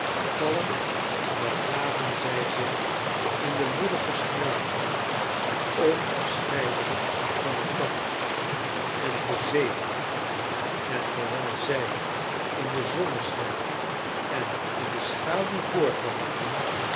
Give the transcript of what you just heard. kalm begaven zij zich in de woelige straten onafscheidelijk van elkander en gezegend en terwijl zij in den zonneschijn en in de schaduw